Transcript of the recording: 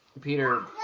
Peter